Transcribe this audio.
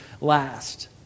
last